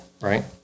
right